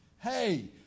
Hey